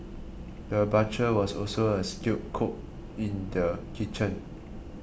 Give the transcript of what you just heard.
the butcher was also a skilled cook in the kitchen